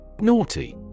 Naughty